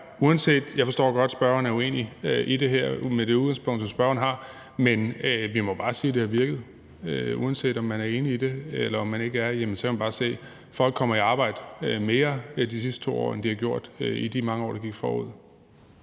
se, er – jeg forstår godt, at spørgeren er uenig i det her med det udgangspunkt, spørgeren har – at vi bare må sige, at det har virket. Uanset om man er enig i det, eller om man ikke er, så kan man bare se, at folk er kommet mere i arbejde de seneste 2 år, end de er kommet det i de mange år, der gik forud.